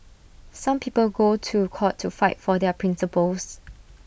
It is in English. some people go to court to fight for their principles